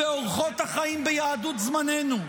ואורחות החיים ביהדות זמננו.